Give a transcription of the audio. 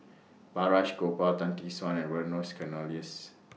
Balraj Gopal Tan Tee Suan and Vernon's Cornelius